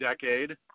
decade